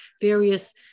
various